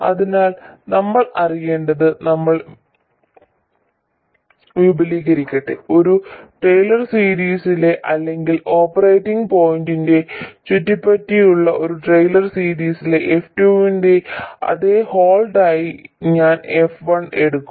അതിനാൽ നമ്മൾ അറിയേണ്ടത് നമ്മൾ വിപുലീകരിക്കട്ടെ ഒരു ടെയ്ലർ സീരീസിലെ അല്ലെങ്കിൽ ഓപ്പറേറ്റിംഗ് പോയിന്റിനെ ചുറ്റിപ്പറ്റിയുള്ള ഒരു ടെയ്ലർ സീരീസിലെ f2 ന്റെ അതേ ഹോൾഡായി ഞാൻ f1 എടുക്കും